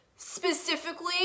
specifically